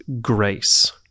grace